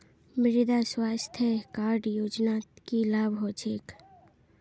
मृदा स्वास्थ्य कार्ड योजनात की लाभ ह छेक